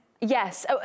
Yes